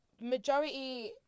majority